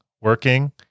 working